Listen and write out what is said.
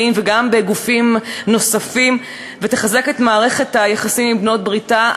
וגם בגופים נוספים ותחזק את מערכת היחסים עם בעלות-בריתה,